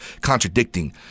contradicting